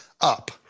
up